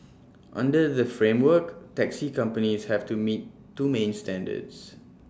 under the framework taxi companies have to meet two main standards